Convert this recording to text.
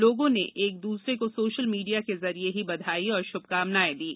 लोगों ने एक दूसरों को सोशल मीडिया के जरिए ही बधाई और शुभकामनाएं दीं